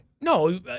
No